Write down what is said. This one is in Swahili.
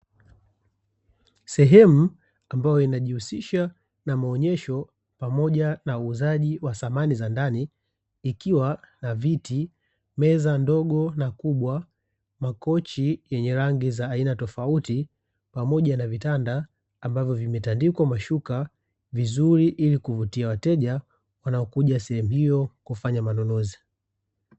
Sehemu ambayo inajihusisha na maonyesho pamoja na uuzaji wa samani za ndani ikiwa na viti, meza ndogo na kubwa, makochi yenye rangi za aina tofauti pamoja na vitanda ambavyo vimetandikwa mashuka vizuri ili kuvutia wateja wanaokuja sehemu hiyo kufanya manunuzi.